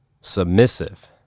submissive